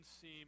seem